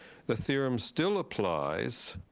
the theorem still applies.